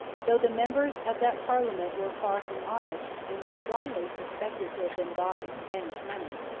though the members of that parliament were far from honest, and were strongly suspected to have been bought with spanish money,